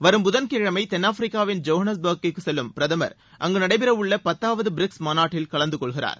வரும் புதன் கிழமை தென்னாப்பிரிக்காவின் ஜோஹன்னஸ்பர்க்கிற்கு செல்லும் பிரதமர் அங்கு நடைபெறவுள்ள பத்தாவது பிரிக்ஸ் மாநாட்டில் கலந்து கொள்கிறார்